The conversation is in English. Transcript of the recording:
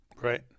Right